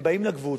הם באים לגבול,